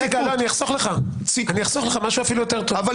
אחסוך לך משהו יותר טוב - אני